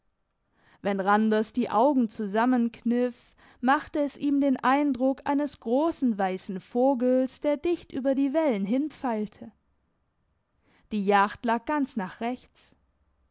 wenn randers die augen zusammenkniff machte es ihm den eindruck eines grossen weissen vogels der dicht über die wellen hin pfeilte die jacht lag ganz nach rechts